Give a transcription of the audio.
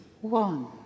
One